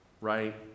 Right